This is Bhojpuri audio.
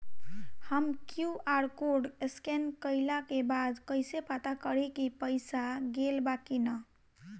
हम क्यू.आर कोड स्कैन कइला के बाद कइसे पता करि की पईसा गेल बा की न?